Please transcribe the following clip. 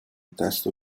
testo